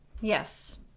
Yes